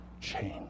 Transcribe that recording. change